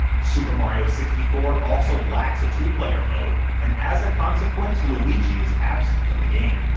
super mario sixty four also lacks a two player mode, and as a consequence luigi is absent from the game.